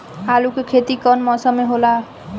आलू के खेती कउन मौसम में होला?